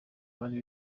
bari